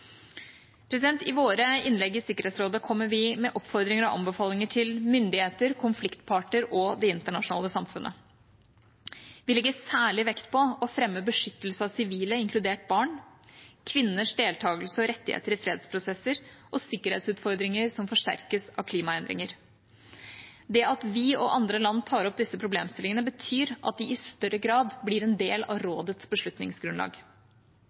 I våre innlegg i Sikkerhetsrådet kommer vi med oppfordringer og anbefalinger til myndigheter, konfliktparter og det internasjonale samfunnet. Vi legger særlig vekt på å framheve beskyttelse av sivile, inkludert barn, kvinners deltakelse og rettigheter i fredsprosesser og sikkerhetsutfordringer som forsterkes av klimaendringer. Det at vi og andre land tar opp disse problemstillingene, betyr at de i større grad blir en del av rådets beslutningsgrunnlag.